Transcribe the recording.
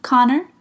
Connor